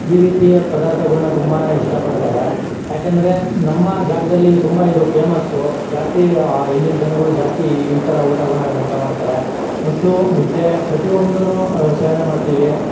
ಈ ರೀತಿಯ ಪದಾರ್ಥಗಳ್ನ ತುಂಬನೇ ಇಷ್ಟ ಪಡ್ತಾರೆ ಯಾಕೆಂದ್ರೆ ನಮ್ಮ ಜಾಗದಲ್ಲಿ ತುಂಬ ಇದು ಫೇಮಸ್ಸು ಜಾಸ್ತಿ ಇಲ್ಲಿನ ಜನಗಳು ಜಾಸ್ತಿ ಈ ಥರ ಊಟಗಳ್ನ ಊಟ ಮಾಡ್ತಾರೆ ಮತ್ತು ಮುದ್ದೆ ಪ್ರತಿಯೊಂದೂ ಸೇವನೆ ಮಾಡ್ತೀವಿ